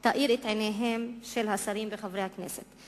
תאיר את עיניהם של השרים וחברי הכנסת.